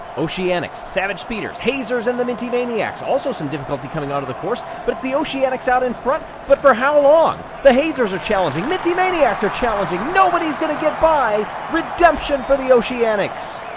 oceanics, savage speeders, hazers, and the minty maniacs also some difficulty coming out on the course, but it's the oceanics out in front. but for how long? the hazers are challenging, minty maniacs are challenging, nobody's going to get by. redemption for the oceanics.